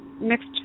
mixed